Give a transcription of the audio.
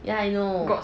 ya I know